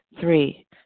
Three